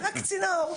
רק צינור,